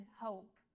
hope